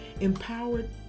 empowered